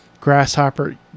grasshopper